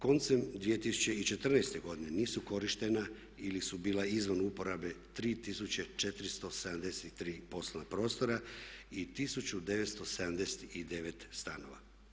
Koncem 2014. godine nisu korištena ili su bila izvan uporabe 3473 poslovna prostora i 1979 stanova.